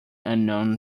unknown